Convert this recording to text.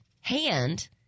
hand